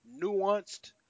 nuanced